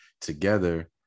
together